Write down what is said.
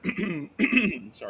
sorry